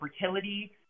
fertility